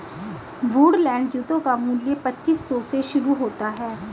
Woodland जूतों का मूल्य पच्चीस सौ से शुरू होता है